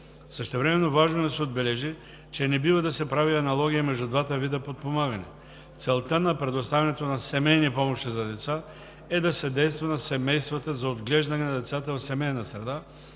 Същевременно важно е да се отбележи, че не бива да се прави аналогия между двата вида подпомагане. Целта на предоставянето на семейни помощи за деца е да съдейства на семействата за отглеждане на децата в семейна среда,